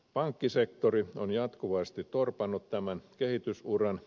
pankkisektori on jatkuvasti torpannut tämän kehitysuran